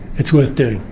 it's worth doing.